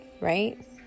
Right